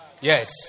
Yes